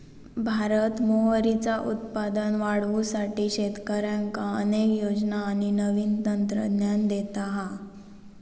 भारत मोहरीचा उत्पादन वाढवुसाठी शेतकऱ्यांका अनेक योजना आणि नवीन तंत्रज्ञान देता हा